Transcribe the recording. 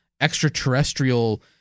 extraterrestrial